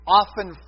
often